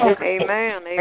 Amen